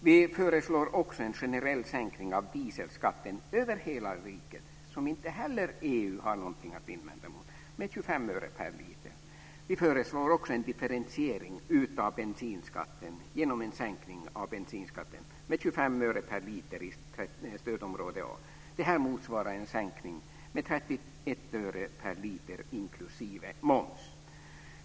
Vi föreslår också en generell sänkning av dieselskatten över hela riket, som EU inte heller har något att invända mot, med 25 öre per liter. Vi föreslår också en differentiering av bensinskatten genom en sänkning av bensinskatten med 25 öre per liter i stödområde A. Det motsvarar en sänkning med 31 öre per liter inklusive moms.